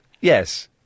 Yes